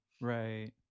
Right